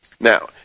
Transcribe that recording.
Now